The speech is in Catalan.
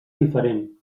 diferent